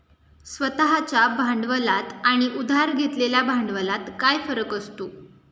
स्वतः च्या भांडवलात आणि उधार घेतलेल्या भांडवलात काय फरक असतो?